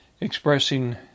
Expressing